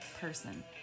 person